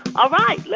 all right.